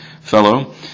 fellow